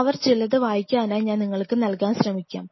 അവർ ചിലത് വായിക്കാനായി ഞാൻ നിങ്ങള്ക്ക് നൽകാൻ ശ്രമിക്കാം